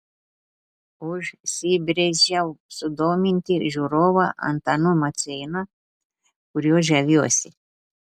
užsibrėžiau sudominti žiūrovą antanu maceina kuriuo žaviuosi